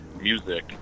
music